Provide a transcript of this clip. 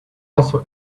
also